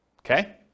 Okay